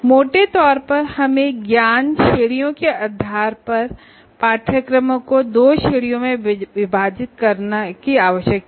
मोटे तौर पर हमें ज्ञान श्रेणियों के आधार पर पाठ्यक्रमों को दो श्रेणियों में विभाजित करने की आवश्यकता है